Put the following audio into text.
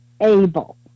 able